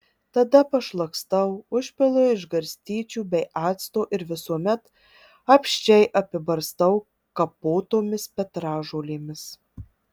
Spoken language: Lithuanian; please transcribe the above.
tada pašlakstau užpilu iš garstyčių bei acto ir visuomet apsčiai apibarstau kapotomis petražolėmis